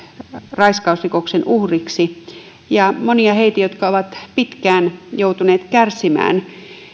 raiskausrikoksen uhriksi ja monia heitä jotka ovat pitkään joutuneet kärsimään